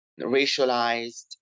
racialized